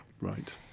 Right